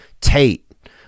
Tate